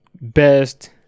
best